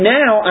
now